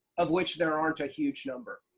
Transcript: of which there aren't a huge number.